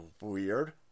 weird